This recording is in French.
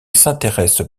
s’intéresse